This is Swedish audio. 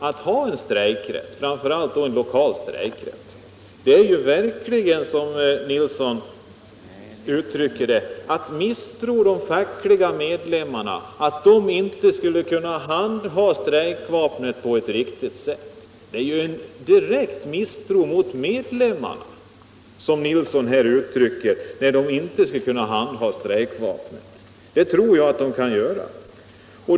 Att förvägra arbetstagarna lokal strejkrätt är verkligen, som herr Nilsson uttrycker det, att misstro de fackliga organisationernas medlemmar. Herr Nilsson tror inte att de skulle kunna handha strejkvapnet på ett riktigt sätt, vilket jag däremot tror att de skulle kunna.